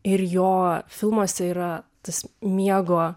ir jo filmuose yra tas miego